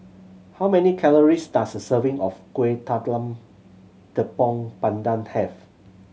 how many calories does a serving of Kueh Talam Tepong Pandan have